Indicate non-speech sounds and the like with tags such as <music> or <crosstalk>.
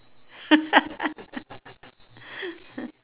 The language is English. <laughs>